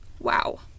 wow